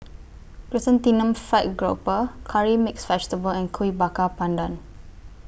Chrysanthemum Fried Grouper Curry Mixed Vegetable and Kuih Bakar Pandan